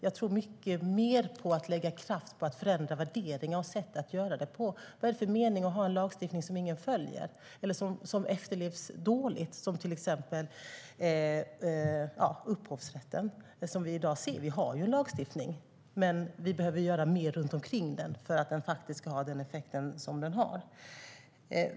Jag tror mycket mer på att lägga kraft på att förändra värderingar och sätt att göra det på. Vad är det för mening med att ha en lagstiftning som ingen följer eller som efterlevs på ett dåligt sätt, till exempel upphovsrätten? Vi har en lagstiftning i dag. Men vi behöver göra mer med den för att den ska få den önskade effekten.